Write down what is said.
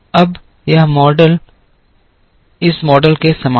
अब यह मॉडल इस मॉडल के समान है